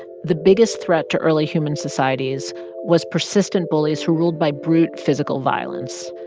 the biggest threat to early human societies was persistent bullies who ruled by brute physical violence.